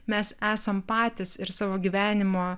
mes esam patys ir savo gyvenimo